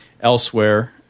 elsewhere